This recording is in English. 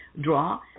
draw